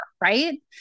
right